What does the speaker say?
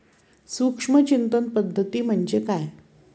सूक्ष्म सिंचन पद्धती म्हणजे काय?